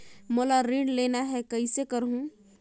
मोला ऋण लेना ह, कइसे करहुँ?